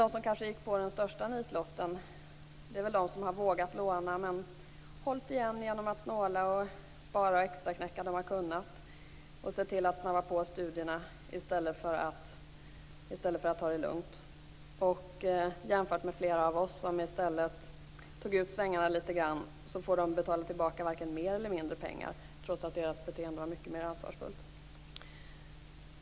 De som kanske drog den största nitlotten är de som har vågat låna men hållit igen genom att snåla, spara och extraknäcka och sett till att snabba på studierna i stället för att ta det lugnt. Jämfört med flera av oss som i stället tog ut svängarna litet grand får de betala tillbaka varken mer eller mindre pengar, trots att deras beteende var mycket mera ansvarsfullt.